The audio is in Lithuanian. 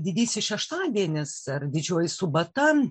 didysis šeštadienis ar didžioji subata